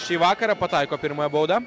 šį vakarą pataiko pirmąją baudą